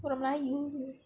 orang melayu